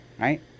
Right